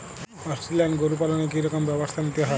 Australian গরু পালনে কি রকম ব্যবস্থা নিতে হয়?